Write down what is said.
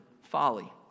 folly